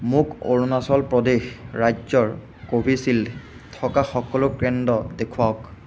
মোক অৰুণাচল প্ৰদেশ ৰাজ্যৰ কোভিচিল্ড থকা সকলো কেন্দ্ৰ দেখুৱাওক